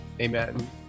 Amen